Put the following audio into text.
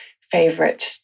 favorite